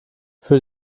für